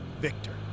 Victor